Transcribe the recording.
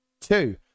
two